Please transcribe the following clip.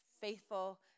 faithful